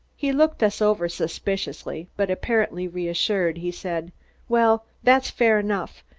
he looked us over suspiciously, but apparently reassured, he said well, that's fair enough,